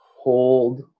hold